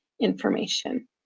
information